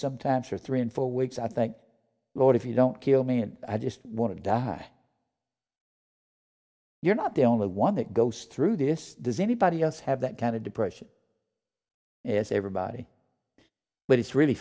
sometimes for three and four weeks i thank the lord if you don't kill me and i just want to die you're not the only one that goes through this does anybody else have that kind of depression is everybody but it's really